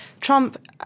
Trump